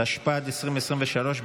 התשפ"ד 2023,